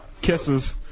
Kisses